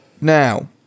Now